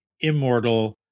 immortal